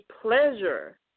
pleasure